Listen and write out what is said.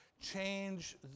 Change